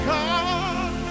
God